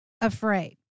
afraid